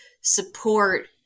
support